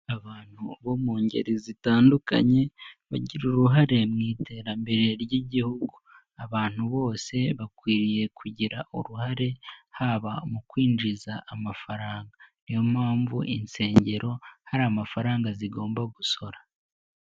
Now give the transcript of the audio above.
Abantu bo mu ngeri zitandukanye bagira uruhare mu iterambere ry'Igihugu, abantu bose bakwiriye kugira uruhare haba mu kwinjiza amafaranga, ni yo mpamvu insengero hari amafaranga zigomba gusora.